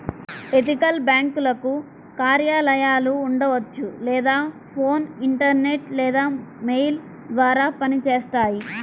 ethical బ్యేంకులకు కార్యాలయాలు ఉండవచ్చు లేదా ఫోన్, ఇంటర్నెట్ లేదా మెయిల్ ద్వారా పనిచేస్తాయి